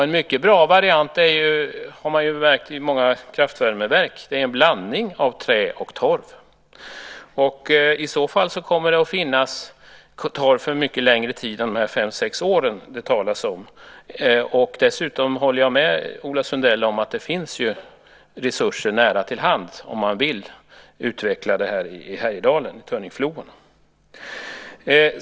En mycket bra variant, har man ju märkt i många kraftvärmeverk, är en blandning av trä och torv. I så fall kommer det att finnas torv för mycket längre tid än de fem sex år som det talas om. Dessutom håller jag med Ola Sundell om att det ju finns resurser nära till hands om man vill utveckla det här i Härjedalen, nämligen i Tönningsfloarna.